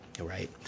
right